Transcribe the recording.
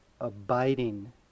abiding